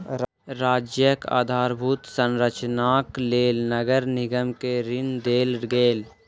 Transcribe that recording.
राज्यक आधारभूत संरचनाक लेल नगर निगम के ऋण देल गेल